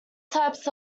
types